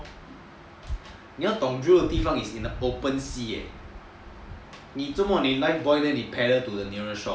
你要懂 drill 的地方 is in the open sea leh 你 zuo mo 你 lifebuoy then 你 paddle to the nearest shore ah